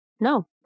No